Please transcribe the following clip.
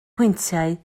pwyntiau